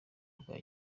rwa